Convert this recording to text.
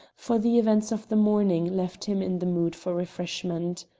for the events of the morning left him in the mood for refreshment.